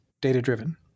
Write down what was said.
data-driven